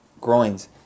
groins